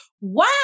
wow